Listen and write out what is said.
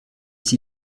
sie